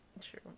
True